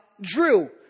Drew